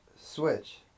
switch